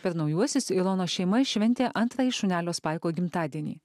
per naujuosius ilonos šeima šventė antrąjį šunelio spaiko gimtadienį